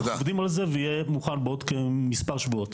אנחנו עובדים על זה ויהיה מוכן בעוד כמספר שבועות.